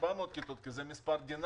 3,400 כיתות כי זה מספר דינמי,